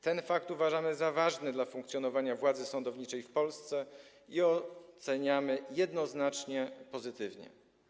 Ten fakt uważamy za ważny dla funkcjonowania władzy sądowniczej w Polsce i oceniamy jednoznacznie pozytywnie.